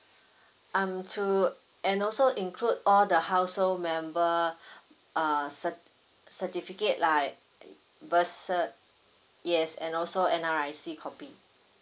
um to and also include all the household member err cert certificate like birth cert yes and also N_R_I_C copy